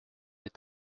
est